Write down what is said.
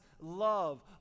love